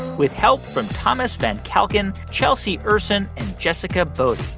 with help from thomas van calkin, chelsea ursin and jessica bodie.